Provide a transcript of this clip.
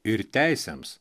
ir teisėms